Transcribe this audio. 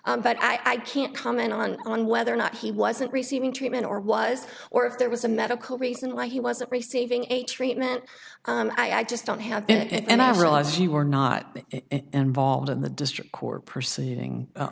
case but i can't comment on on whether or not he wasn't receiving treatment or was or if there was a medical reason why he wasn't receiving a treatment i just don't have it and i realize you were not involved in the district court proceeding